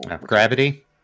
Gravity